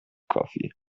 coffee